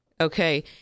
okay